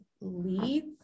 leads